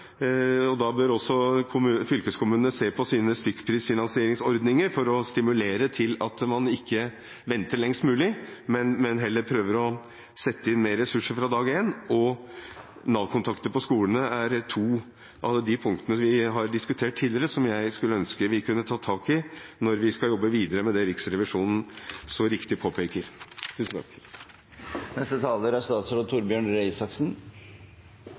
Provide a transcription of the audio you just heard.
fylkeskommunene ser på sine stykkprisfinansieringsordninger for å stimulere til at man ikke venter lengst mulig, men heller prøver å sette inn mer ressurser fra dag én, og Nav-kontakter på skolene; det er to av de punktene vi har diskutert tidligere, og som jeg skulle ønske vi kunne ta tak i når vi skal jobbe videre med det Riksrevisjonen så riktig påpeker.